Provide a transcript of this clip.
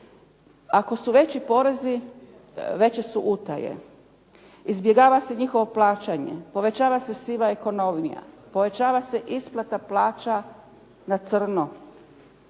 Ako su veći porezi, veće su utaje. Izbjegava se njihovo plaćanje, povećava se siva ekonomija, povećava se isplata plaća na crno.